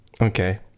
Okay